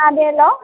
അതെയല്ലോ